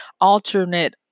alternate